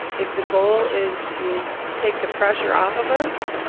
if the goal is to take the pressure off of us,